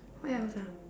what else ah